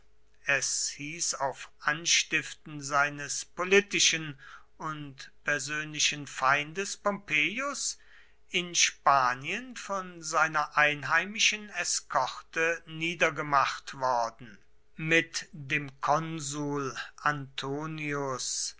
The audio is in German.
es hieß auf anstiften seines politischen und persönlichen feindes pompeius in spanien von seiner einheimischen eskorte niedergemacht worden mit dem konsul antonius